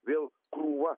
vėl krūva